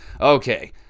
Okay